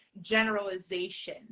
generalization